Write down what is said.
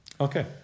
okay